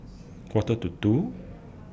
Quarter to two